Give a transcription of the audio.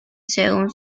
según